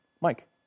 Mike